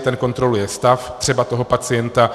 Ten kontroluje stav třeba toho pacienta.